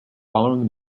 following